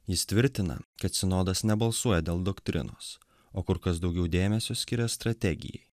jis tvirtina kad sinodas nebalsuoja dėl doktrinos o kur kas daugiau dėmesio skiria strategijai